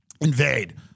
invade